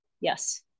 yes